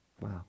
wow